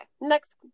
next